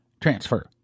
transfer